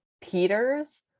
Peters